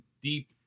deep